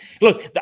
Look